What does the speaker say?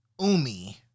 umi